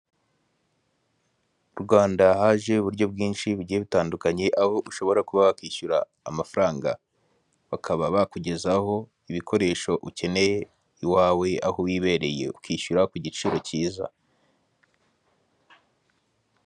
Mu Rwanda haje uburyo bwinshi bugiye butandukanye aho ushobora kuba wakishyura amafaranga bakaba bakugezaho ibikoresho ukeneye iwawe aho wibereye ukishyura ku giciro cyiza .